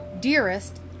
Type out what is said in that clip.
dearest